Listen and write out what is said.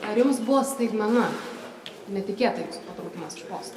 ar jums buvo staigmena netikėtai jūsų patraukimas iš posto